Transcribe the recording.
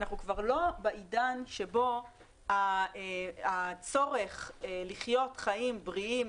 אנחנו כבר לא בעידן שבו הצורך לחיות חיים בריאים,